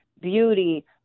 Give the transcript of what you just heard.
beauty